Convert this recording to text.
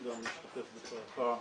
גם להשתתף בצערך.